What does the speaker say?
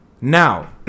Now